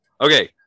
Okay